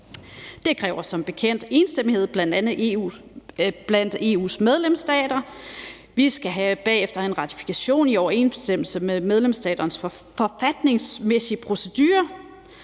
Det kræver som bekendt enstemmighed blandt EU's medlemsstater, og vi skal bagefter have en ratifikation i overensstemmelse med medlemsstaternes forfatningsmæssige procedurer.